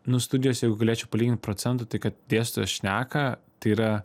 nu studijos jeigu galėčiau palygint procentu tai kad dėstytojas šneka tai yra